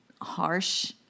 harsh